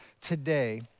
today